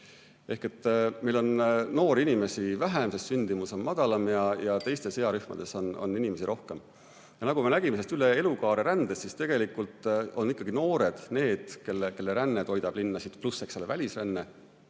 Meil on noori inimesi vähem, sest sündimus on väiksem, ja teistes earühmades on inimesi rohkem. Nagu me nägime sellest üle elukaare rändest, siis tegelikult on ikkagi noored need, kelle ränne toidab linnasid, pluss välisränne,